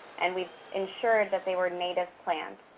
and we've ensured that they were native plants.